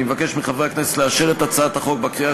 אני מבקש מחברי הכנסת לאשר את הצעת החוק בקריאה